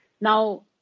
Now